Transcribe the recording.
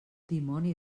dimoni